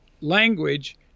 language